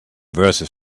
verses